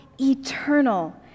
eternal